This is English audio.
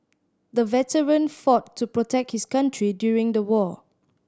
the veteran fought to protect his country during the war